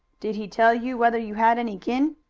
did he tell you whether you had any kin?